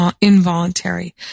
involuntary